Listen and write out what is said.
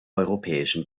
europäischen